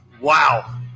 Wow